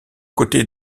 côtés